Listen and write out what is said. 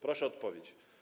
Proszę o odpowiedź.